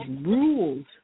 rules